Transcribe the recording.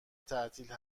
تعطیل